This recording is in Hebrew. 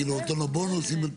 כאילו נותן לו בונוסים?